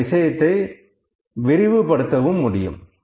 இந்த விஷயத்தை விரிவுபடுத்தவும் முடியும்